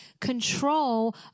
control